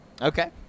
Okay